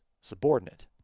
subordinate